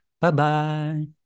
Bye-bye